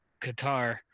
Qatar